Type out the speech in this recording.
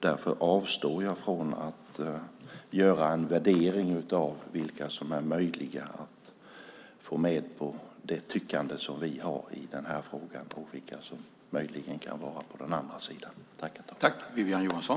Därför avstår jag från att göra en värdering av vilka som är möjliga att få med på det tyckande som vi har i den här frågan och vilka som möjligen kan vara på den andra sidan.